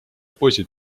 poisid